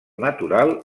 natural